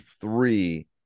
three